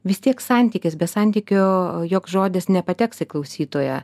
vis tiek santykis be santykio joks žodis nepateks į klausytoją